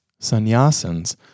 sannyasins